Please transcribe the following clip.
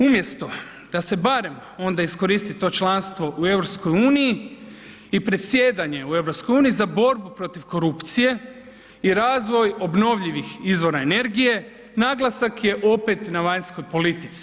Umjesto da se barem onda iskoristi to članstvo u EU i predsjedanje u EU za borbu protiv korupcije i razvoj obnovljivih izvora energije, naglasak je opet na vanjskoj politici.